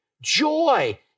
Joy